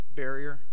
barrier